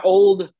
old